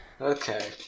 Okay